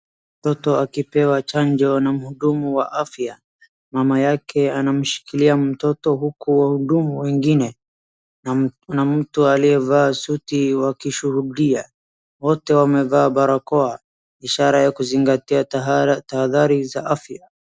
Mtoto akipewa chanjo na mhudumu wa afya. Mama yake anamshikilia mtoto uku wahudumu wengine na mtu aliyevaa suti wakishuhudia. Wote wamevaa barakoa ishara ya kuzingatia tahadhari za afya.